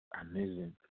amazing